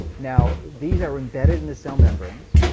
now these are embedded in the cell membranes,